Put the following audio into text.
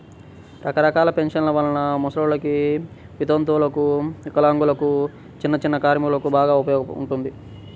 రకరకాల పెన్షన్ల వలన ముసలోల్లకి, వితంతువులకు, వికలాంగులకు, చిన్నచిన్న కార్మికులకు బాగా ఉపయోగం ఉంటుంది